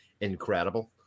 incredible